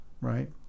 right